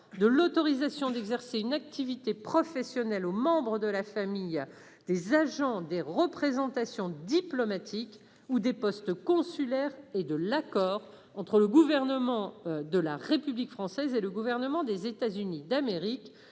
de l'autorisation d'exercer une activité professionnelle aux membres de la famille des agents des représentations diplomatiques ou des postes consulaires et de l'accord entre le Gouvernement de la République française et le Gouvernement des États-Unis d'Amérique